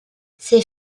ses